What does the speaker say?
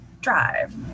Drive